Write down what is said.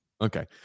okay